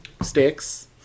sticks